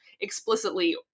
explicitly